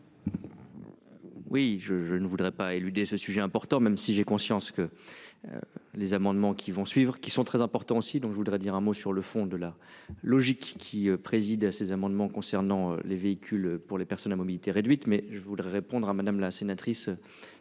Oui je je ne voudrais pas éludé ce sujet important même si j'ai conscience que. Les amendements qui vont suivre, qui sont très importants aussi. Donc je voudrais dire un mot sur le fond de la logique qui préside à ces amendements concernant les véhicules pour les personnes à mobilité réduite. Mais je voudrais répondre à Madame, la sénatrice.